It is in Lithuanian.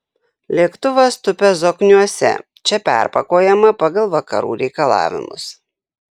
lėktuvas tupia zokniuose čia perpakuojama pagal vakarų reikalavimus